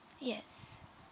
yes